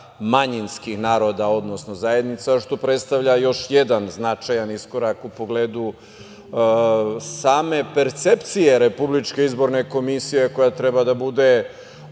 manjinskih naroda, odnosno zajednica, što predstavlja još jedan značajan iskorak u pogledu same percepcije Republičke izborne komisije koja treba da bude